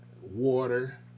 water